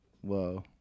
Whoa